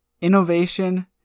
Innovation